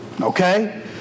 Okay